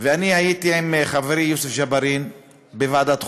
והייתי עם חברי יוסף ג'בארין בישיבת ועדת החוקה,